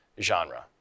genre